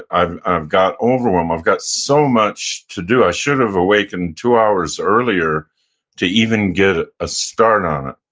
i've i've got overwhelm. i've got so much to do. i should've awakened two hours earlier to even get a start on it.